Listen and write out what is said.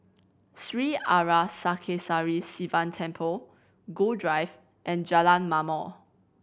Sri Arasakesari Sivan Temple Gul Drive and Jalan Ma'mor